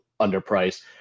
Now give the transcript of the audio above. underpriced